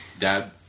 dad